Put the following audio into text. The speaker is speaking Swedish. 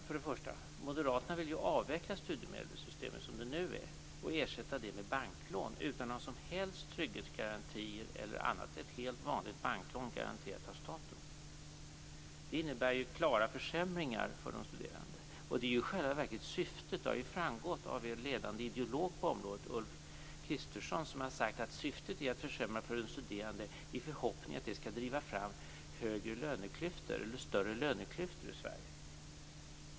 För det första vill moderaterna avveckla studiemedelssystemet som det nu är och ersätta det med banklån utan några som helst trygghetsgarantier eller annat - ett helt vanligt banklån garanterat av staten. Det innebär klara försämringar för de studerande. Och det är i själva verket syftet. Det har framgått då er ledande ideolog på området, Ulf Kristersson, sagt att syftet är att försämra för den studerande i förhoppning att det skall driva fram större löneklyftor i Sverige.